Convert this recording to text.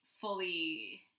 fully